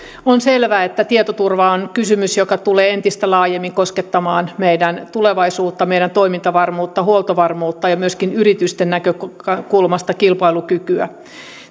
on selvää että tietoturva on kysymys joka tulee entistä laajemmin koskettamaan meidän tulevaisuuttamme meidän toimintavarmuuttamme huoltovarmuuttamme ja myöskin yritysten näkökulmasta kilpailukykyä